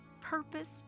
purpose